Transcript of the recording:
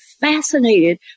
fascinated